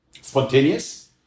spontaneous